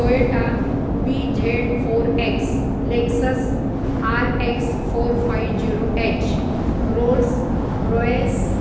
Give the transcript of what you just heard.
B Z four X Lexus R X four five zero H Rolls Royce